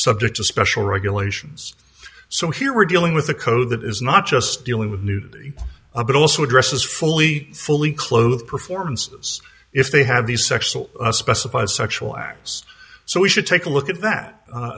subject to special regulations so here we're dealing with a code that is not just dealing with nudity but also addresses fully fully clothed performances if they have these sexual specified sexual acts so we should take a look at that